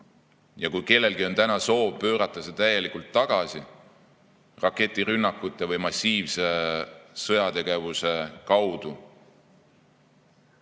Ja kui kellelgi on täna soov pöörata see täielikult tagasi raketirünnakute või massiivse sõjategevuse abil,